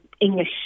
English